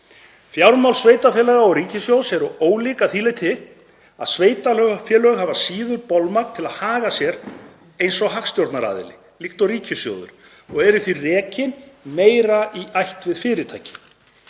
Fjármál sveitarfélaga og ríkissjóðs eru ólík að því leyti að sveitarfélög hafa síður bolmagn til að haga sér eins og hagstjórnaraðili, líkt og ríkissjóður, og eru því rekin meira í ætt við fyrirtæki.